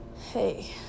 hey